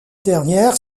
dernières